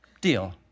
deal